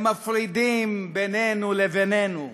הם מפרידים בינינו לבנינו,